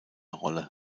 rolle